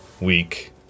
week